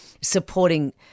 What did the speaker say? supporting